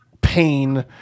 pain